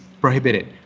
prohibited